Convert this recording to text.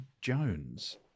Jones